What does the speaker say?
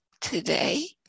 today